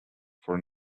for